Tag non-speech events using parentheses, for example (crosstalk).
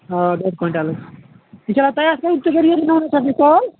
آ ڈۅڈ کۅینٹَل یہِ چھا (unintelligible)